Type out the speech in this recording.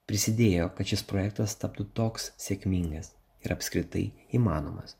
prisidėjo kad šis projektas taptų toks sėkmingas ir apskritai įmanomas